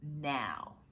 now